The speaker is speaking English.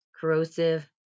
corrosive